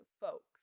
folks